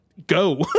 go